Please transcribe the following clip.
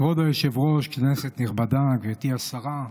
כבוד היושב-ראש, כנסת נכבדה, גברתי השרה,